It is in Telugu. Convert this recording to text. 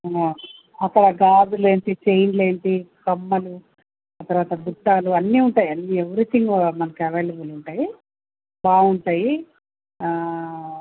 అసలు ఆ గాజులు ఏంటి చైన్లు ఏంటి కమ్మలు ఆ తర్వాత బుట్టాలు అన్నీ ఉంటాయి అన్నీ ఎవిరీథింగ్ మనకు అవైలబుల్ ఉంటాయి బాగుంటాయి